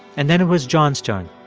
and then it was john's turn